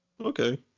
Okay